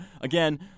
again